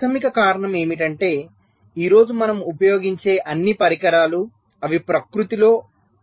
ప్రాధమిక కారణం ఏమిటంటే ఈ రోజు మనం ఉపయోగించే అన్ని పరికరాలు అవి ప్రకృతిలో